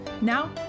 Now